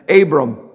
Abram